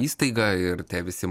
įstaiga ir tie visi